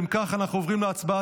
אם כך, אנחנו עוברים להצבעה.